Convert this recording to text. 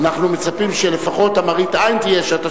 אנחנו מצפים שלפחות מראית העין תהיה שאתה